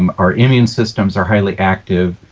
um our immune systems are highly active,